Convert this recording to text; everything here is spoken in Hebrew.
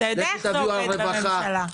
על רווחה.